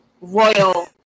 royal